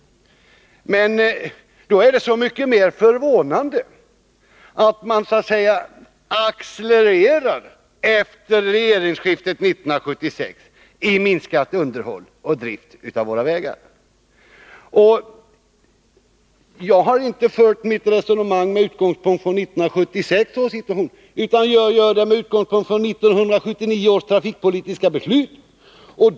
Men det är då så mycket mer förvånande att ni efter regeringsskiftet 1976 framfört accelererande krav på minskade anslag till underhåll och drift av våra vägar. Jag har inte fört mitt resonemang med utgångspunkt i 1976 års situation, utan med utgångspunkt i 1979 års trafikpolitiska beslut.